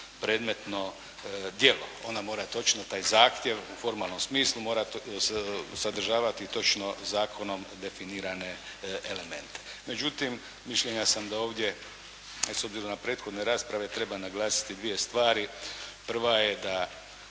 predmetno djelo. Ona mora točno taj zahtjev u formalnom smislu mora sadržavati točno zakonom definirane elemente. Međutim mišljenja sam da ovdje s obzirom na prethodne rasprave treba naglasiti dvije stvari. Prva je da